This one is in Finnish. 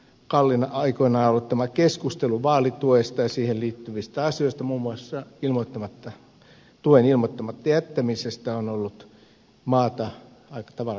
kallin aikoinaan aloittama keskustelu vaalituesta ja siihen liittyvistä asioista muun muassa tuen ilmoittamatta jättämisestä on ollut maata aika tavalla järisyttävä